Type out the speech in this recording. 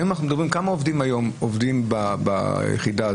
כמה עובדים היום עובדים ביחידה הזאת?